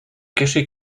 cachet